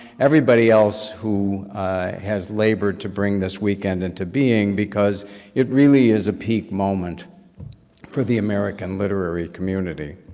everybody else who has labored to bring this weekend into being, because it really is a peak moment for the american literary community.